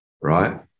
right